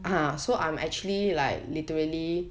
mm